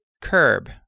curb